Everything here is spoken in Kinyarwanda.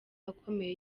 akomeye